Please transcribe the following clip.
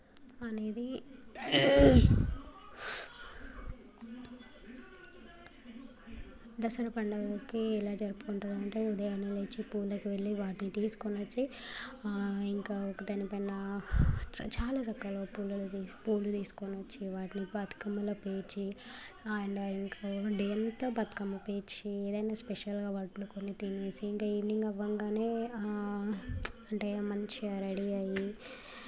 అనేది దసరా పండుగకి ఎలా జరుపుకుంటారు అంటే ఉదయాన్నేలేచి పూలకు వెళ్ళి వాటిని తీసుకొని వచ్చి ఇంకా ఒక టెన్ పైన చాలా రకాల పూలను పూలు తీసుకువచ్చి వాటిని బతుకమ్మలాగా పేర్చి అండ్ ఇంకా డే అంతా బతుకమ్మ పేర్చి ఏదైన్నా స్పెషల్గా వండుకొని తిని ఇంకా ఈవినింగ్ అవ్వగానే అంటే మంచిగా రెడీ అయి